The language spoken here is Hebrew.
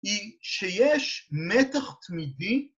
היא שיש מתח תמידי